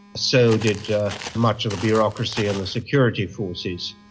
so did much of the bureaucracy and the security forces.